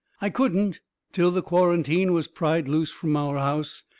i couldn't till the quarantine was pried loose from our house.